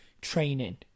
training